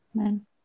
Amen